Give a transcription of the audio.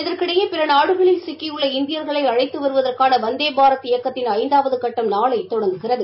இதற்கிடையே பிற நாடுகளில் சிக்கியுள்ள இந்தியர்களை அழைத்து வருவதற்கான வந்தே பாரத் இயக்கத்தின் ஐந்தாவது கட்டம் நாளை தொடங்குகிறது